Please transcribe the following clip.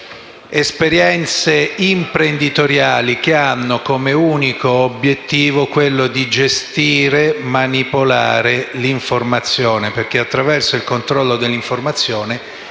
esperienze imprenditoriali che hanno come unico obiettivo gestire e manipolare l'informazione: attraverso il controllo dell'informazione,